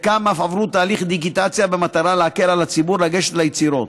חלקם אף עברו תהליך דיגיטציה במטרה להקל על הציבור לגשת ליצירות.